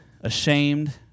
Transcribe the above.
ashamed